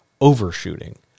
overshooting